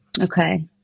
Okay